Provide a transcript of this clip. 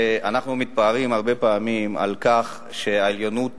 אנחנו מתפארים הרבה פעמים בכך שהעליונות